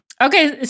Okay